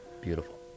Beautiful